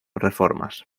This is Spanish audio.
reformas